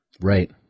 right